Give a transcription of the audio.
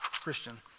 Christian